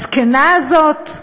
הזקנה הזאת,